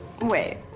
Wait